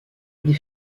des